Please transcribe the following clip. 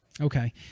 Okay